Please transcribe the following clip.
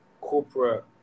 corporate